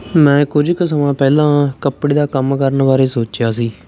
ਮੈਂ ਕੁਝ ਕੁ ਸਮਾਂ ਪਹਿਲਾਂ ਕੱਪੜੇ ਦਾ ਕੰਮ ਕਰਨ ਬਾਰੇ ਸੋਚਿਆ ਸੀ